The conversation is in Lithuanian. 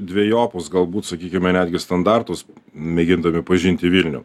dvejopus galbūt sakykime netgi standartus mėgindami pažinti vilnių